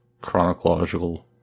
chronological